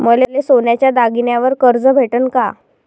मले सोन्याच्या दागिन्यावर कर्ज भेटन का?